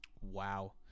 Wow